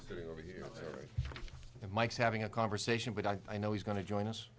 getting over here and mike's having a conversation but i know he's going to join us